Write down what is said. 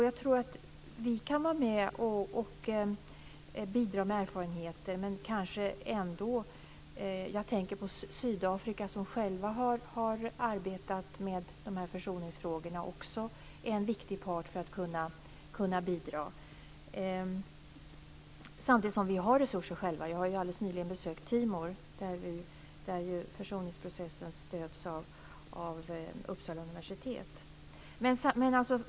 Jag tror att vi kan bidra med erfarenheter men kanske är också Sydafrika, där man själv har arbetat med försoningsfrågor, en viktig part som kan bidra. Men vi har också resurser själva. Jag har nyligen besökt Timor, där försoningsprocessen stöds av Uppsala universitet.